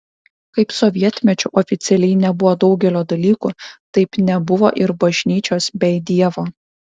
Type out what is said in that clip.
kaip sovietmečiu oficialiai nebuvo daugelio dalykų taip nebuvo ir bažnyčios bei dievo